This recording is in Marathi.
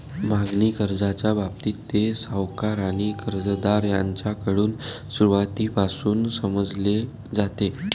मागणी कर्जाच्या बाबतीत, ते सावकार आणि कर्जदार यांच्याकडून सुरुवातीपासूनच समजले जाते